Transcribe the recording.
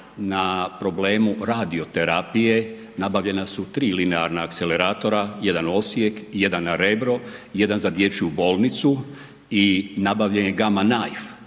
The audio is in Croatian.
na problemu radioterapije, nabavljena su tri linearna akceleratora, jedan Osijek, jedan Rebro, jedan za dječju bolnicu i nabavljen je gama knife,